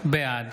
בעד